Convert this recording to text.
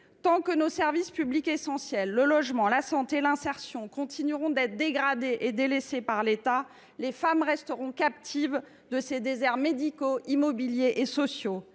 Tant que nos services publics essentiels – le logement, la santé et l’insertion – continueront d’être dégradés et délaissés par l’État, les femmes resteront captives de ces déserts médicaux, immobiliers et sociaux.